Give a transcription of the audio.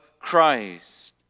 Christ